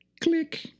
Click